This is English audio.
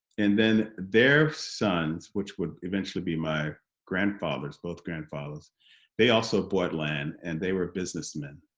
and then their sons which would eventually be my grandfathers both grandfathers they also bought land, and they were businessmen